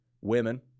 women